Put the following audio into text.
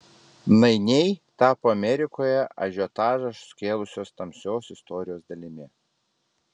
nainiai tapo amerikoje ažiotažą sukėlusios tamsios istorijos dalimi